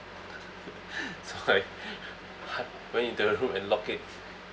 so I hi~ went into the room and lock it